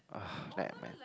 ugh Batman